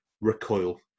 recoil